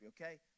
okay